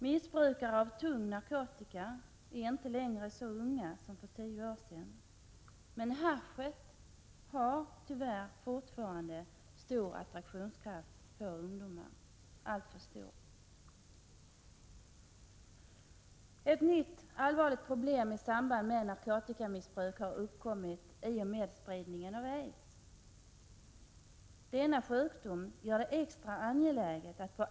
Missbrukare av tung narkotika är inte längre så unga som för tio år sedan, — Prot. 1986/87:74 men haschet har fortfarande stor attraktionskraft på ungdomar. 18 februari 1987 Ett nytt allvarligt problem i samband med narkotikamissbruk har uppkom SRS mit i och med spridningen av aids. Denna sjukdom gör det extra angeläget att gärder.